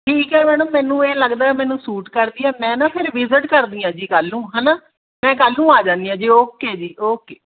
ਠੀਕ ਹੈ ਮੈਡਮ ਮੈਨੂੰ ਇਹ ਲੱਗਦਾ ਮੈਨੂੰ ਸੂਟ ਕਰਦੀ ਆ ਮੈਂ ਨਾ ਫਿਰ ਵਿਜ਼ਿਟ ਕਰਦੀ ਹਾਂ ਜੀ ਕੱਲ੍ਹ ਨੂੰ ਹੈ ਨਾ ਮੈਂ ਕੱਲ੍ਹ ਨੂੰ ਆ ਜਾਂਦੀ ਹਾਂ ਜੀ ਓਕੇ ਜੀ ਓਕੇ